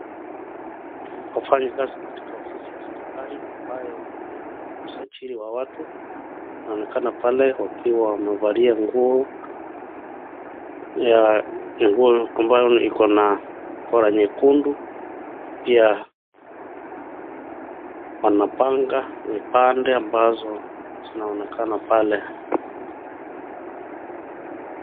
Wafanyi kasi katika ofisi ya serikali ambayo ni usajili wa watu, naonekana pale wakiwa wamevalia nguo ya nguo ambayo iko na, collar nyekundu, pia wanapanga vipande ambazo zinaonekana pale.